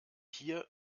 hier